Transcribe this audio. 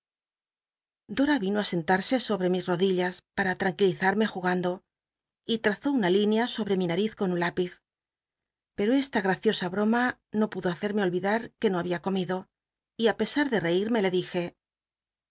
a ino á sentarse sobre mis rodillas pam tranquilizarme jugando y lmzó una linea sobre mi n al'iz con su hípiz pero esta graciosa broma no pudo hacerme olvidar que no habia comido y á pesa de reirme le dije